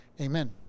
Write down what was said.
amen